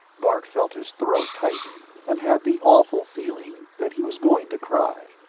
bart felt his throat tighten, and had the awful feeling that he was going to cry.